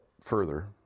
further